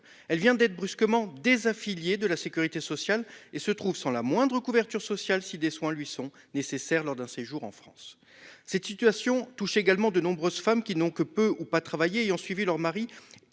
Elle vient d'être brusquement désaffiliés, de la sécurité sociale et se trouve sans la moindre couverture sociale si des soins lui sont nécessaires. Lors d'un séjour en France. Cette situation touche également de nombreuses femmes qui n'ont que peu ou pas travaillé ayant suivi leur mari